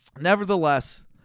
Nevertheless